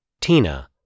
Tina